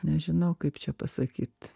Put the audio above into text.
nežinau kaip čia pasakyt